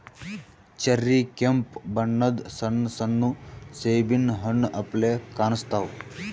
cherry ಕೆಂಪ್ ಬಣ್ಣದ್ ಸಣ್ಣ ಸಣ್ಣು ಸೇಬಿನ್ ಹಣ್ಣ್ ಅಪ್ಲೆ ಕಾಣಸ್ತಾವ್